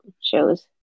shows